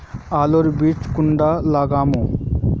आलूर बीज कुंडा लगाम?